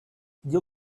you